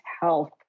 health